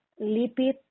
lipid